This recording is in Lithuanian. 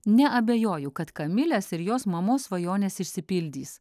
neabejoju kad kamilės ir jos mamos svajonės išsipildys